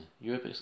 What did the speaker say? Europe